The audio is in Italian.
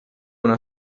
una